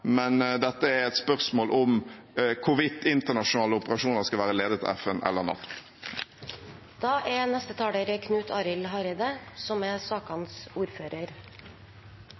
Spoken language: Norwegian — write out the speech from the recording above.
men dette er et spørsmål om hvorvidt internasjonale operasjoner skal være ledet av FN eller av NATO. Me går mot slutten av det som har vore ein veldig god debatt, og eg trur det er